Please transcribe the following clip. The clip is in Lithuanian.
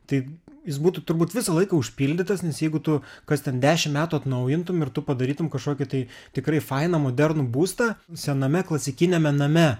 tai jis būtų turbūt visą laiką užpildytas nes jeigu tu kas ten dešim metų atnaujintum ir tu padarytum kažkokį tai tikrai fainą modernų būstą sename klasikiniame name